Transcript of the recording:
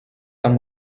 amb